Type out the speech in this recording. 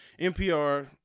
NPR